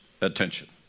attention